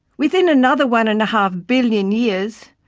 within another one and a half billion years,